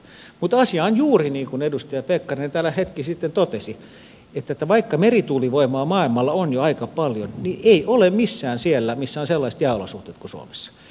asia on juuri niin kuin edustaja pekkarinen täällä hetki sitten totesi että vaikka merituulivoimaa maailmalla on jo aika paljon niin ei sitä ole missään siellä missä on sellaiset jääolosuhteet kuin suomessa